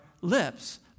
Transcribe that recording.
lips